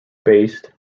based